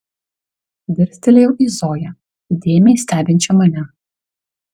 dirstelėjau į zoją įdėmiai stebinčią mane